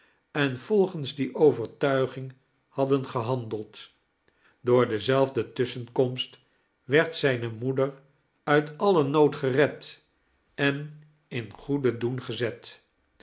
en volgens die overtuiging hadden gehandeld door dezelfde tusschenkomst werd zijne moeder uit alien nood gered en in goeden doen gezet